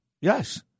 Yes